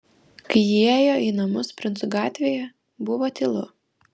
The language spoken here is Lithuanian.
kai įėjo į namus princų gatvėje buvo tylu